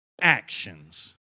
actions